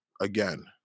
again